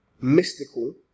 mystical